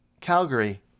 Calgary